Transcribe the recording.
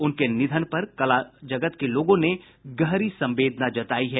उनके निधन पर कला जगत के लोगों ने गहरी संवेदना जतायी है